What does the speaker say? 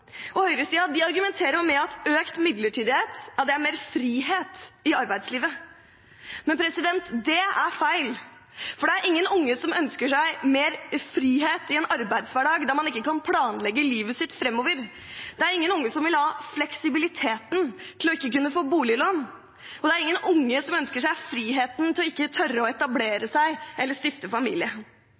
argumenterer med at økt midlertidighet betyr mer frihet i arbeidslivet. Det er feil, for det er ingen unge som ønsker seg mer frihet i en arbeidshverdag der man ikke kan planlegge livet sitt framover. Det er ingen unge som vil ha fleksibiliteten til å ikke kunne få boliglån. Og det er ingen unge som ønsker seg friheten til ikke å tørre å etablere seg eller stifte familie.